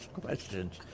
questions